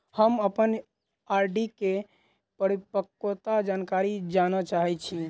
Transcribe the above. हम अप्पन आर.डी केँ परिपक्वता जानकारी जानऽ चाहै छी